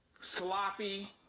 Sloppy